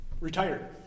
retired